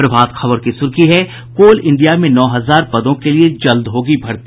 प्रभात खबर की सूर्खी है कोल इंडिया में नौ हजार पदों के लिए जल्द होगी भर्ती